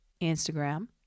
Instagram